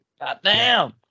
Goddamn